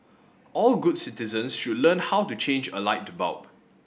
all good citizens should learn how to change a light bulb